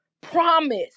promise